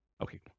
Okay